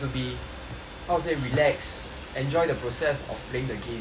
how to say relax enjoy the process of playing the game